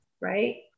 right